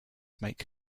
make